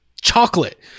chocolate